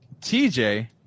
TJ